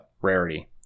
rarity